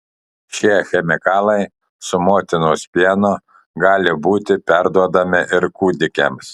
šie chemikalai su motinos pienu gali būti perduodami ir kūdikiams